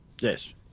Yes